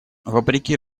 вопреки